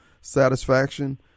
satisfaction